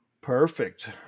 perfect